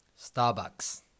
Starbucks